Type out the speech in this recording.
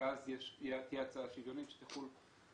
ואז תהיה הצעה שוויונית שתחול.